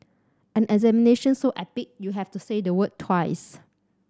an examination so epic you have to say the word twice